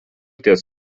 ties